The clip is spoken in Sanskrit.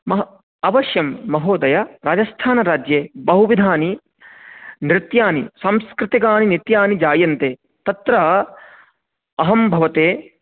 अवश्यं महोदय राजस्थानराज्ये बहुविधानि नृत्यानि सांस्कृतिकानि नृत्यानि जायन्ते तत्र अहं भवते